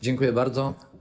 Dziękuję bardzo.